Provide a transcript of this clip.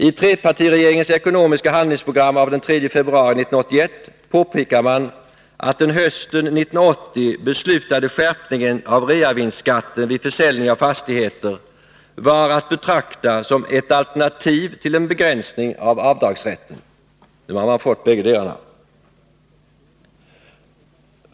I treparti regeringens ekonomiska handlingsprogram av den 3 februari 1981 påpekar man att den hösten 1980 beslutade skärpningen av reavinstskatten vid försäljning av fastigheter var att betrakta som ett alternativ till en begränsning av avdragsrätten. Nu använder man sig av bäggedera.